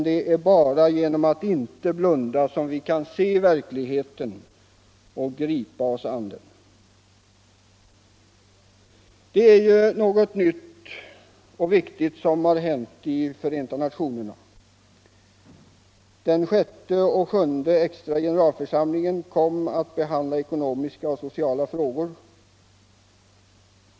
Men bara genom att inte blunda kan vi se verkligheten och gripa oss an den. Det är något nytt och viktigt som har hänt i Förenta nationerna. Den sjätte och sjunde extra generalförsamlingen kom att behandla ekonomiska och sociala frågor.